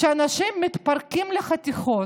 כשאנשים מתפרקים לחתיכות,